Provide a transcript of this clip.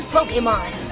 Pokemon